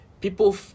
people